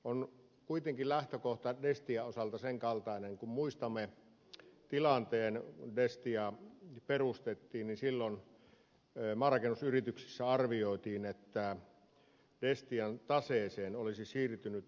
on kuitenkin lähtökohta destian osalta sen kaltainen kun muistamme tilanteen kun destiaa perustettiin että silloin maarakennusyrityksissä arvioitiin että destian taseeseen olisi siirtynyt omaisuuseriä alihintaan